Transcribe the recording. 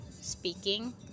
speaking